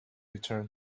return